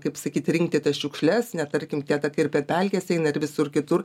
kaip sakyt rinkti tas šiukšles ne tarkim tie takai ir per pelkes eina ir visur kitur